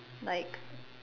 like